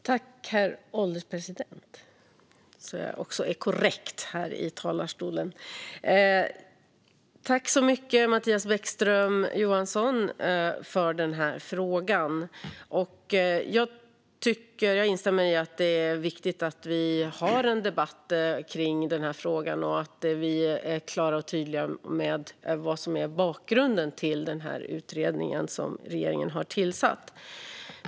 Herr ålderspresident! Tack så mycket, Mattias Bäckström Johansson, för den här interpellationen! Jag instämmer i att det är viktigt att vi har en debatt om den här frågan och att vi är klara och tydliga med vad som är bakgrunden till utredningen som regeringen har tillsatt.